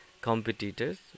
competitors